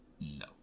No